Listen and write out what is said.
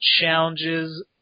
challenges